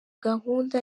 gahunda